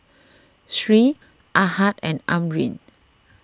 Sri Ahad and Amrin